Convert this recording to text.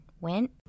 went